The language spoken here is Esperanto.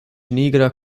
nigra